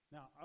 Now